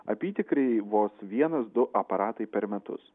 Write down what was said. apytikriai vos vienas du aparatai per metus